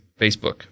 Facebook